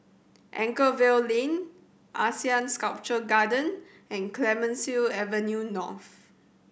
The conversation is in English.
Anchorvale Lane ASEAN Sculpture Garden and Clemenceau Avenue North